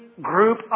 group